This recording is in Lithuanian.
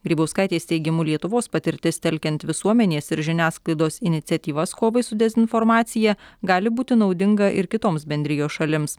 grybauskaitės teigimu lietuvos patirtis telkiant visuomenės ir žiniasklaidos iniciatyvas kovai su dezinformacija gali būti naudinga ir kitoms bendrijos šalims